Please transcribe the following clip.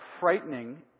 frightening